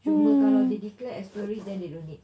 cuma kalau dia declare as tourists then they don't need